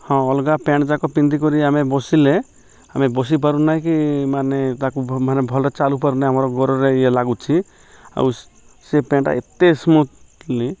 ହଁ ଅଲଗା ପ୍ୟାଣ୍ଟ୍ ଯାକ ପିନ୍ଧିିକରି ଆମେ ବସିଲେ ଆମେ ବସିପାରୁନାହିଁ କି ମାନେ ତାକୁ ମାନେ ଭଲ ଚାଲୁ ପାରୁନାହିଁ ଆମର ଗୋଡ଼ରେ ଇଏ ଲାଗୁଛି ଆଉ ସେ ପ୍ୟାଣ୍ଟ୍ଟା ଏତେ ସ୍ମୁଥ୍ଲି